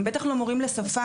הם בטח לא מורים לשפה.